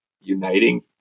uniting